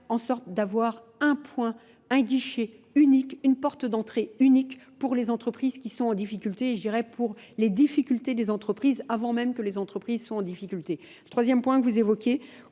en sorte d'avoir un point, un guichet unique, une porte d'entrée unique pour les entreprises qui sont en difficulté, je dirais pour les difficultés des entreprises avant même que les entreprises sont en difficulté. Troisième point que vous évoquez,